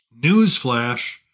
Newsflash